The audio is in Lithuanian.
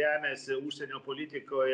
remiasi užsienio politikoj